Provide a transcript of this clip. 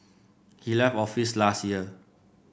he left office last year